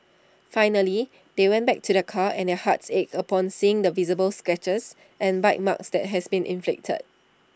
finally they went back to their car and their hearts ached upon seeing the visible scratches and bite marks that had been inflicted